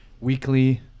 weekly